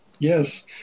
Yes